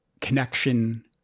connection